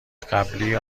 قبلی